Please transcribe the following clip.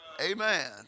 Amen